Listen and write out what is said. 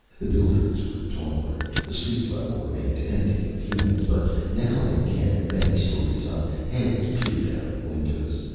the buildings grew taller. the street level remained empty of humans, but now and again, many stories up, heads peered out of windows.